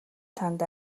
танд